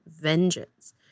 vengeance